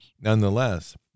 nonetheless